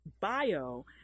bio